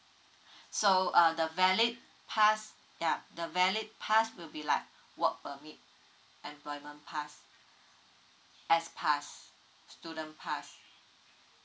so uh the valid pass yeah the valid pass will be like work permit employment pass s pass student pass